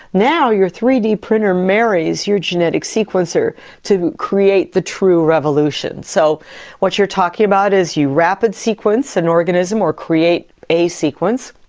now you're three d printer marries your genetic sequencer to create the true revolution. so what you're talking about is you rapid-sequence an organism or create a sequence,